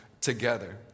together